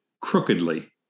crookedly